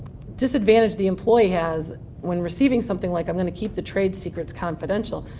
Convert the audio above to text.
disadvantage the employee has when receiving something like i'm going to keep the trade secrets confidential,